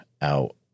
out